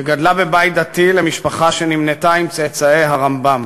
שגדלה בבית דתי למשפחה שנמנתה עם צאצאי הרמב"ם.